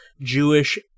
Jewish